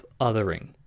othering